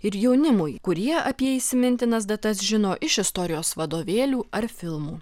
ir jaunimui kurie apie įsimintinas datas žino iš istorijos vadovėlių ar filmų